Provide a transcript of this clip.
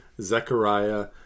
Zechariah